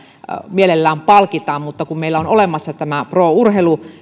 mielellään palkitaan mutta meillä on olemassa tämä pro urheilu